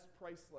priceless